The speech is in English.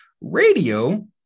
radio